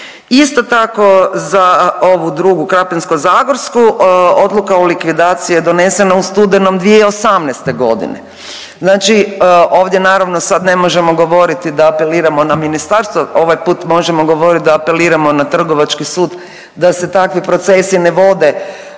Isto tako za ovu drugu krapinsko-zagorsku odluka o likvidaciji je donesena u studenom 2018. godine. Znači ovdje naravno sad ne možemo govoriti da apeliramo na ministarstvo, ovaj put možemo govoriti da apeliramo na Trgovački sud da se takvi procesi ne vode